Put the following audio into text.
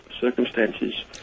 circumstances